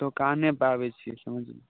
दोकानेपर आबै छिए समझली